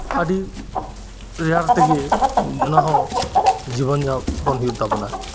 ᱟᱰᱤ ᱨᱮᱭᱟᱲ ᱛᱮᱜᱮ ᱚᱱᱟ ᱦᱚᱸ ᱡᱤᱵᱚᱱ ᱡᱟᱯᱚᱱ ᱦᱩᱭᱩᱜ ᱛᱟᱵᱚᱱᱟ